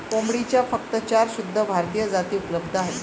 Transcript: कोंबडीच्या फक्त चार शुद्ध भारतीय जाती उपलब्ध आहेत